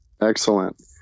excellent